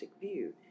view